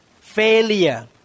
failure